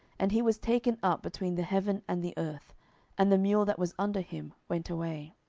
and he was taken up between the heaven and the earth and the mule that was under him went away.